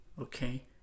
okay